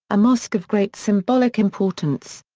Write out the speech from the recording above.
a mosque of great symbolic importance.